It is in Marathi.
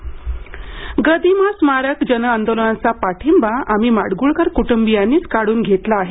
गदिमा गदिमा स्मारक जनआंदोलनाचा पाठिंबा आम्ही माडगूळकर कुटुंबीयांनीच काढून घेतला आहे